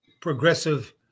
progressive